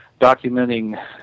documenting